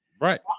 Right